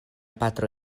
patro